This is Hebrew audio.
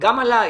גם עליי.